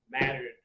mattered